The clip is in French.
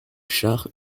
char